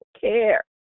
care